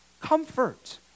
Comfort